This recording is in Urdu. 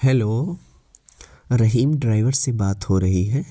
ہیلو رحیم ڈرائیور سے بات ہو رہی ہے